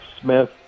Smith